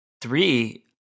three